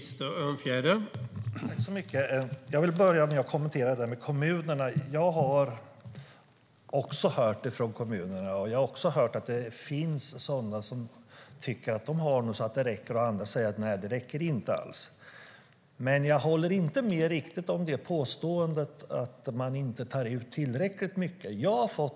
Herr talman! Jag vill börja med att kommentera det här med kommunerna. Jag har också hört från kommunerna. Jag har hört att det finns sådana som tycker att de har inspektörer så det räcker. Andra säger att det inte alls räcker. Men jag håller inte riktigt med om påståendet att man inte tar ut tillräckligt mycket i avgift.